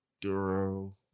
Duro